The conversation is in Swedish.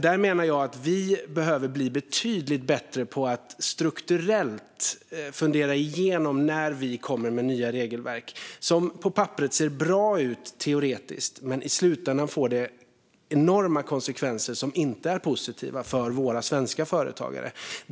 Där menar jag att vi behöver bli betydligt bättre på att när vi kommer med nya regelverk strukturellt fundera igenom det som ser bra ut teoretiskt på papperet men som i slutändan får enorma konsekvenser som inte är positiva för våra svenska företagare.